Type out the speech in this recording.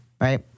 right